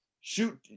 shoot –